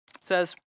says